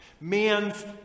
Man's